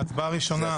אדוני היושב-ראש,